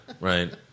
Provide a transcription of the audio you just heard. right